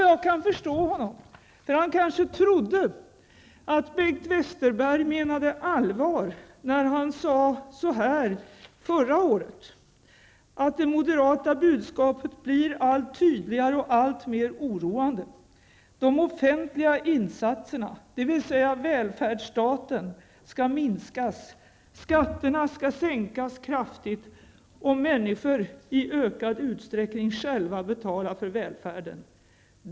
Jag kan förstå honom, för han kanske trodde att Bengt Westerberg menade allvar när han sade så här förra året: ''Det moderata budskapet blir allt tydligare och allt mer oroande. De offentliga insatserna, dvs. välfärdsstaten, skall minskas. Skatterna skall sänkas kraftigt och människor i ökad utsträckning själva betala för välfärden.